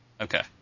Okay